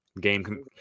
Game